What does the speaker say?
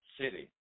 city